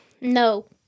No